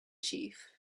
chief